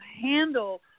handle